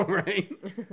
right